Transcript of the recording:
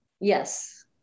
Yes